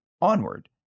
onward